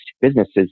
businesses